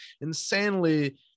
insanely